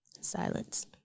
Silence